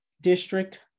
district